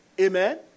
Amen